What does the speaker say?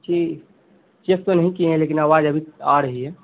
جی check تو نہیں کیے ہیں لیکن آواز ابھی آ رہی ہے